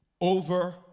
Over